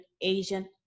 Asian